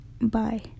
bye